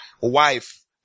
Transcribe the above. Wife